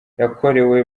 yakorewe